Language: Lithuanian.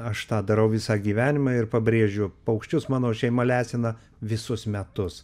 aš tą darau visą gyvenimą ir pabrėžiu paukščius mano šeima lesina visus metus